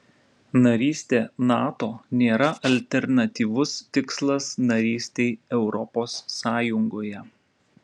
narystė nato nėra alternatyvus tikslas narystei europos sąjungoje